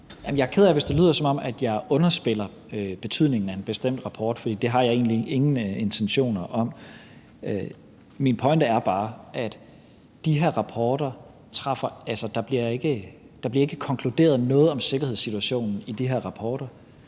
Jeg er ked af, hvis det lyder, som om jeg underspiller betydningen af en bestemt rapport, for det har jeg egentlig ingen intentioner om. Min pointe er bare, at der i de her rapporter ikke bliver konkluderet noget om sikkerhedssituationen. Det er ren